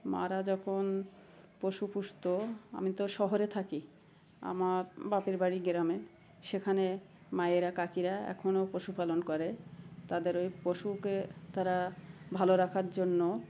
মারা যখন পশু পুষতো আমি তো শহরে থাকি আমার বাপের বাড়ি গ্রামে সেখানে মায়েরা কাকিরা এখনও পশুপালন করে তাদের ওই পশুকে তারা ভালো রাখার জন্য